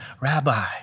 rabbi